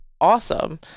awesome